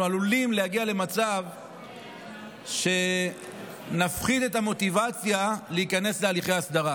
אנחנו עלולים להגיע למצב שנפחית את המוטיבציה להיכנס להליכי הסדרה,